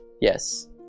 Yes